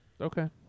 Okay